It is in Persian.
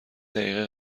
دقیقه